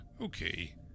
Okay